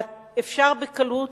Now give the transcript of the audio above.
אפשר בקלות